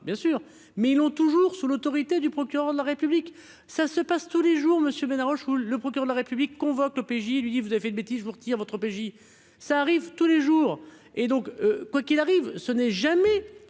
bien sûr, mais ils l'ont toujours sous l'autorité du procureur on aurait public, ça se passe tous les jours Monsieur Menage ou le procureur de la République convoque l'OPJ lui dit : vous avez fait de bêtises vous retire votre PJ, ça arrive tous les jours et donc, quoiqu'il arrive, ce n'est jamais